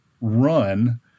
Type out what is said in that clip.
run